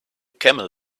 camel